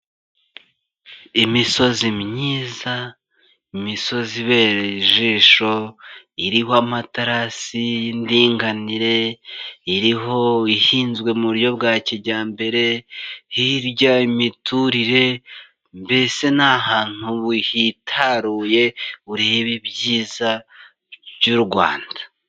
Imisozi myiza, imisozi ibera ijisho iriho amaterasi y'indinganire, ihinzwe mu buryo bwa kijyambere hirya imiturire, mbese ni ahantu hitaruye ureba ibyiza by'u Rwanda.